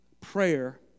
prayer